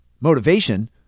Motivation